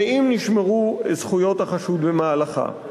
ואם נשמרו זכויות החשוד במהלכה.